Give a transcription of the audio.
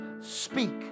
speak